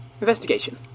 Investigation